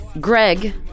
Greg